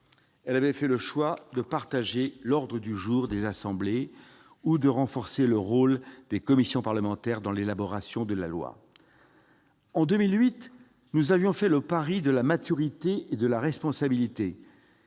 elle avait fait le choix de partager l'ordre du jour des assemblées et de renforcer le rôle des commissions parlementaires dans l'élaboration de la loi. En 2008, nous avons fait le pari de la maturité et de la responsabilité.